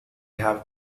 have